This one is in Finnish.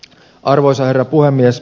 arvoisa herra puhemies